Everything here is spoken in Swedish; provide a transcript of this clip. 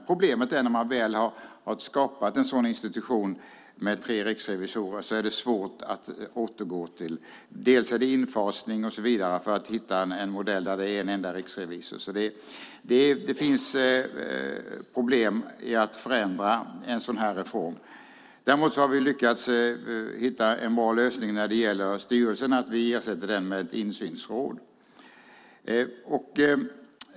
Problemet är att när man väl har skapat en institution med tre riksrevisorer är det svårt att återgå till en modell med en riksrevisor, bland annat infasning. Det finns problem i att förändra en sådan reform. Däremot har vi lyckats hitta en bra lösning att styrelsen ersätts med ett insynsråd.